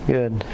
Good